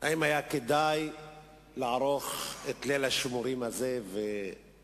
האחרונים הוא לאו דווקא הדיבורים בנושא